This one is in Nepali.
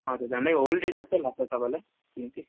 हजुर झन्डै होल डे जस्तै लाग्छ तपाईँलाई